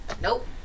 Nope